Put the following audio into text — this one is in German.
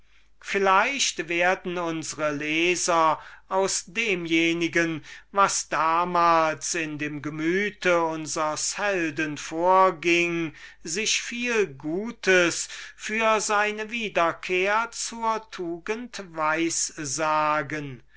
vielleicht werden unsre leser aus demjenigen was damals in dem gemüte unsers helden vorging sich viel gutes für seine wiederkehr zur tugend